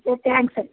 thanks ರಿ